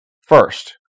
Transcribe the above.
First